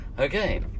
Okay